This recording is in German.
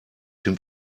dem